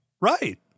Right